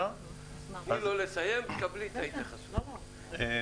עד היום --- שרן,